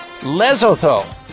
Lesotho